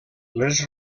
les